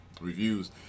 reviews